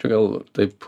kažkodėl taip